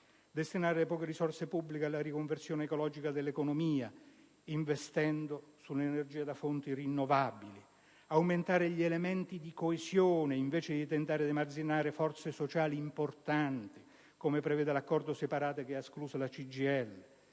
destinare le poche risorse pubbliche alla riconversione ecologica dell'economia investendo sulle energie da fonti rinnovabili; aumentare gli elementi di coesione, invece di tentare di emarginare forze sociali importanti, come prevede l'accordo separato che ha escluso la CGIL;